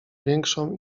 większą